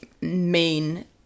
main